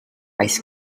ice